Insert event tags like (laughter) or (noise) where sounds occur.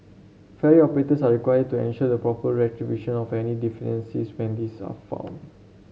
ferry operators are required to ensure the proper (unintelligible) of any deficiencies when these are found